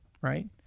right